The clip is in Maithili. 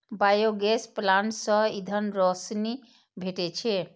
बायोगैस प्लांट सं ईंधन, रोशनी भेटै छै